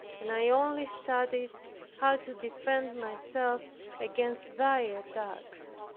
and i only studied how to defend myself against thy attacks.